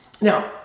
Now